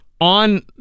On